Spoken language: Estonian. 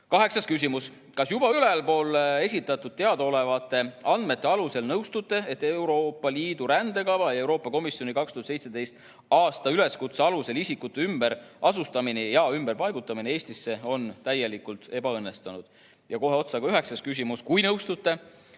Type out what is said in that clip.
Kaheksas küsimus: "Kas juba ülalpool esitatud teadaolevate andmete alusel nõustute, et Euroopa Liidu rändekava ja Euroopa Komisjoni 2017. aasta üleskutse alusel isikute ümberasustamine ja ümberpaigutamine Eestisse on täielikult ebaõnnestunud?" Ja kohe otsa ka üheksas küsimus. "Kui nõustute,